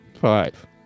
five